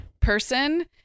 person